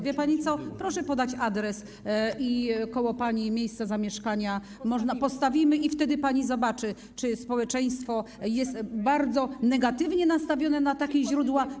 Wie pani co, proszę podać adres, koło pani miejsca zamieszkania postawimy i wtedy pani zobaczy, czy społeczeństwo jest bardzo negatywnie nastawione do takich źródeł.